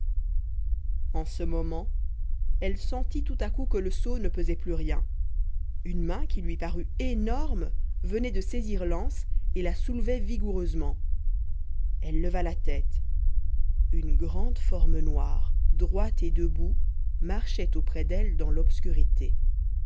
en ce moment elle sentit tout à coup que le seau ne pesait plus rien une main qui lui parut énorme venait de saisir l'anse et la soulevait vigoureusement elle leva la tête une grande forme noire droite et debout marchait auprès d'elle dans l'obscurité